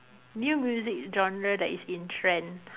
new music genre that is in trend